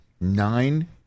Nine